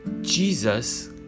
Jesus